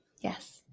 Yes